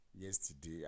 Yesterday